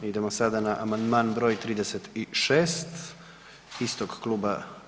Idemo sada na amandman br. 36. istog kluba.